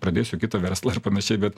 pradėsiu kitą verslą ir panašiai bet